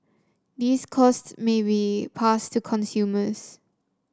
these costs may be passed to consumers